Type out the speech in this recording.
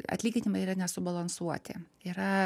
atlyginimai yra nesubalansuoti yra